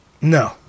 no